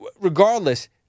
regardless